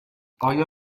آیا